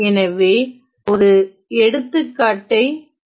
எனவே ஒரு எடுத்துக்காட்டை பார்க்கலாம்